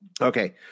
Okay